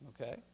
Okay